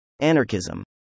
Anarchism